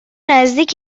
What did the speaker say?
نزدیک